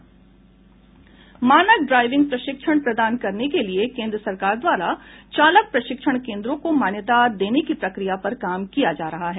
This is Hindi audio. मानक ड्राइविंग प्रशिक्षण प्रदान करने के लिए केंद्र सरकार द्वारा चालक प्रशिक्षण केंद्रों को मान्यता देने की प्रक्रिया पर काम किया जा रहा है